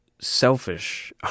selfish